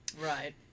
Right